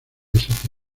tiempo